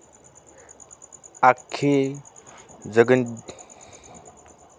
आख्खी जगदुन्यामा टमाटाले चांगली मांगनी शे